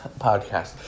podcast